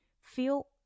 feel